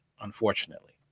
unfortunately